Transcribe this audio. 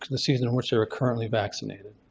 the season in which they were currently vaccinated.